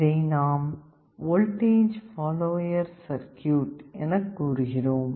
இதை நாம் voltage follower circuit எனக் கூறுகிறோம்